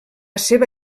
seva